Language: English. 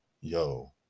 yo